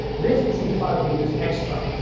this is the five liters extra,